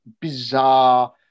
bizarre